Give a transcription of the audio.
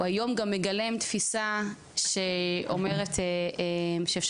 הוא היום גם מגלם תפיסה שאומרת שאפשר